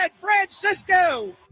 Francisco